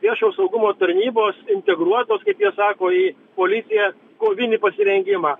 viešojo saugumo tarnybos integruotos kaip jie sako į policiją kovinį pasirengimą